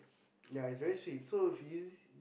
ya is very sweet so if you